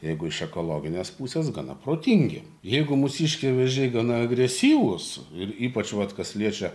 jeigu iš ekologinės pusės gana protingi jeigu mūsiškiai vėžiai gana agresyvūs ir ypač vat kas liečia